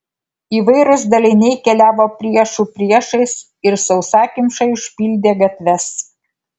įvairūs daliniai keliavo priešų priešais ir sausakimšai užpildė gatves